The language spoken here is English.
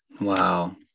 Wow